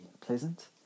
pleasant